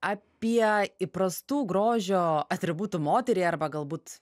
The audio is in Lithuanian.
apie įprastų grožio atributų moterį arba galbūt